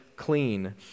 clean